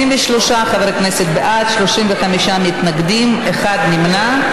23 חברי כנסת בעד, 35 מתנגדים, אחד נמנע.